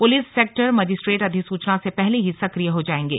police sector magistrate अधिसूचना से पहले ही सक्रिय हो जाएंगे